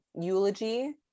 eulogy